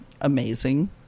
amazing